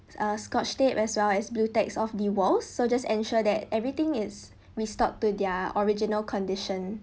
uh scotch tape as well as blue tapes off the walls so just ensure that everything is restored to their original condition